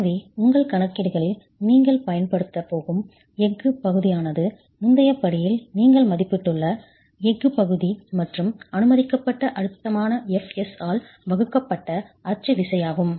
எனவே உங்கள் கணக்கீடுகளில் நீங்கள் பயன்படுத்தப் போகும் எஃகுப் பகுதியானது முந்தைய படியில் நீங்கள் மதிப்பிட்டுள்ள எஃகுப் பகுதி மற்றும் அனுமதிக்கப்பட்ட அழுத்தமான Fs ஆல் வகுக்கப்பட்ட அச்சு விசை ஆகும்